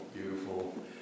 beautiful